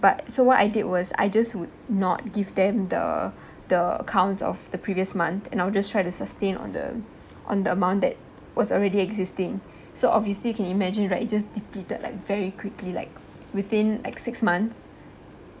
but so what I did was I just would not give them the the accounts of the previous month and I'll just try to sustain on the on the amount that was already existing so obviously you can imagine right it just depleted like very quickly like within like six months